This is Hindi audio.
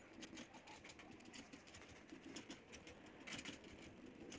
किसानों को बीज की प्राप्ति कहाँ से होती है?